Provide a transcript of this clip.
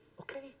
Okay